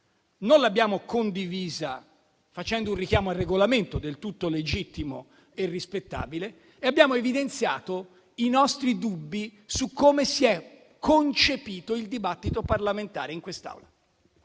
Non l'abbiamo condivisa, facendo un richiamo al Regolamento del tutto legittimo e rispettabile, e abbiamo evidenziato i nostri dubbi su come si è concepito il dibattito parlamentare in quest'Aula.